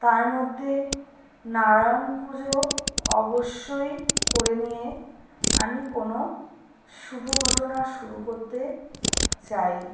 তার মধ্যে নারায়ণ পুজো অবশ্যই করে নিয়ে আমি কোনো শুভ ঘটনা শুরু করতে চাই